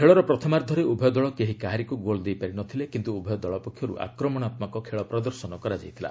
ଖେଳରେ ପ୍ରଥମାର୍ଦ୍ଧରେ ଉଭୟ ଦଳ କେହି କାହାରିକୁ ଗୋଲ୍ ଦେଇପାରିନଥିଲେ କିନ୍ତ ଉଭୟ ପକ୍ଷର୍ ଆକ୍ରମଣାତ୍ମକ ଖେଳ ପ୍ରଦର୍ଶନ କରାଯାଇଥିଲା